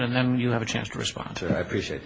and then you have a chance to respond to i appreciate